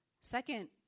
Second